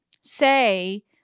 say